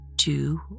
Two